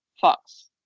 fox